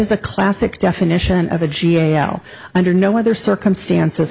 is a classic definition of a g a o l under no other circumstances